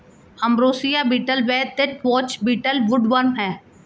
ambrosia beetle व deathwatch beetle woodworm हैं